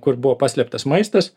kur buvo paslėptas maistas